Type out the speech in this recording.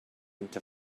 into